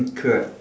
correct